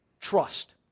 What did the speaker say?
trust